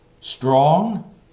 strong